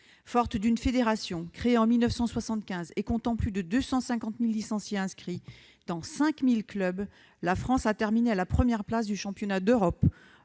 Forte d'une fédération créée en 1975 et comptant plus de 250 000 licenciés inscrits, dans 5 000 clubs, la France a terminé à la première place du championnat d'Europe